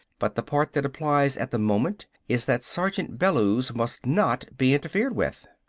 but the part that applies at the moment is that sergeant bellews must not be interfered with.